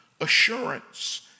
assurance